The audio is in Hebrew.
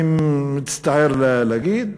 אני מצטער להגיד,